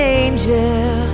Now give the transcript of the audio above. angel